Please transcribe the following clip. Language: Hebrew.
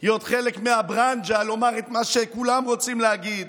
להיות חלק מהברנז'ה ולומר את מה שכולם רוצים להגיד.